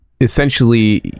essentially